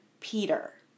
Peter